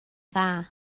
dda